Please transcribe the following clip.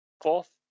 Fourth